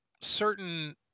certain